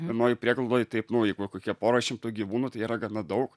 vienoj prieglaudoj taip nu jeigu kokie pora šimtų gyvūnų tai yra gana daug